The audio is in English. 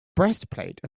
breastplate